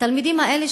התלמידים האלה,